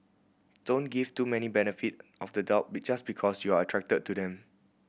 don't give too many benefit of the doubt be just because you're attracted to them